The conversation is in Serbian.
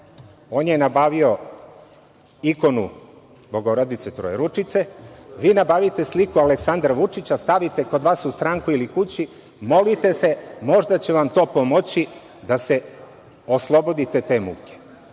On je nabavio ikonu Bogorodice trojeručice, a vi nabavite sliku Aleksandra Vučića, stavite kod vas u stranku ili kući, molite se i možda će vam to pomoći da se oslobodite te muke.